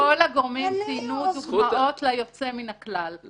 כל הגורמים ציינו דוגמאות ליוצא מן הכלל.